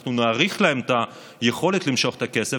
שאנחנו נאריך להם את היכולת למשוך את הכסף,